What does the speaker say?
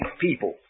people